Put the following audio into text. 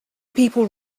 people